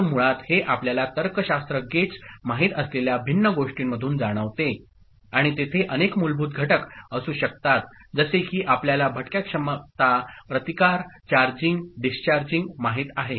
तर मुळात हे आपल्याला तर्कशास्त्र गेट्स माहित असलेल्या भिन्न गोष्टींमधून जाणवते आणि तेथे अनेक मूलभूत घटक असू शकतात जसे की आपल्याला भटक्या क्षमता प्रतिकार चार्जिंग डिस्चार्जिंग माहित आहे